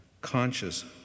conscious